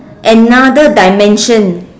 another dimension